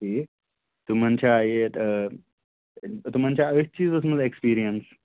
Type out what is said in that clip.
ٹھیٖک تِمَن چھا یِتھ تِمَن چھا أتھۍ چیٖزَس منٛز اٮ۪کٕسپیٖرنس